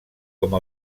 com